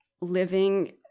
living